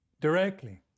directly